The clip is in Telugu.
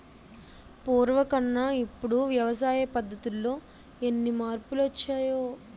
పూర్వకన్నా ఇప్పుడు వ్యవసాయ పద్ధతుల్లో ఎన్ని మార్పులొచ్చాయో